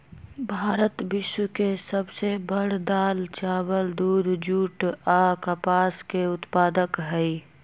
भारत विश्व के सब से बड़ दाल, चावल, दूध, जुट आ कपास के उत्पादक हई